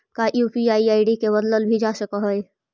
का UPI ID के बदलल भी जा सकऽ हई?